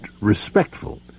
Respectful